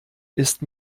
ist